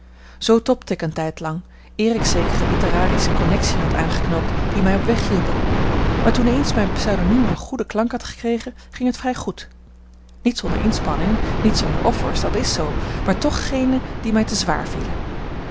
zoo tobde ik een tijdlang eer ik zekere litterarische connexiën had aangeknoopt die mij op weg hielpen maar toen eens mijn pseudoniem een goeden klank had gekregen ging het vrij goed niet zonder inspanning niet zonder offers dat is zoo maar toch geene die mij te zwaar vielen